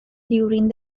during